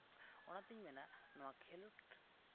ᱚᱱᱟᱛᱮᱧ ᱢᱮᱱᱟ ᱱᱚᱣᱟ ᱠᱷᱮᱞᱳᱰ